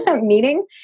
meeting